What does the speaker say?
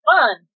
Fun